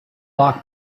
doc